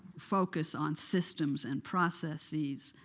focus on systems and processes,